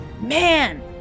Man